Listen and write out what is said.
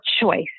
choice